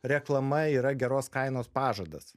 reklama yra geros kainos pažadas